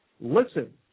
Listen